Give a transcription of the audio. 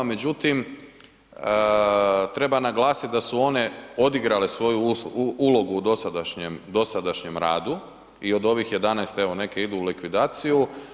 Međutim, treba naglasiti da su one odigrale svoju u logu u dosadašnjem radu i od ovih 11 evo neke idu u likvidaciju.